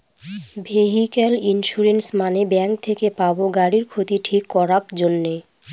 vehicle insurance মানে bank থেকে পাবো গাড়ির ক্ষতি ঠিক করাক জন্যে